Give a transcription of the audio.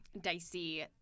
dicey